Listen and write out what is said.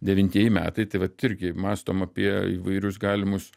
devintieji metai tai vat irgi mastom apie įvairius galimus